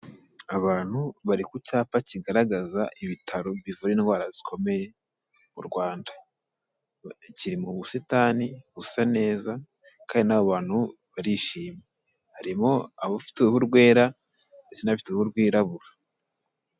Abantu bari ku cyapa kigaragaza ibitaro bivura indwara zikomeye, mu Rwanda. kiri mu busitani busa neza, kandi n'bo bantu barishimye. Harimo abafite uruhu rwera, ndetse n'abafite uruhu rwirabura.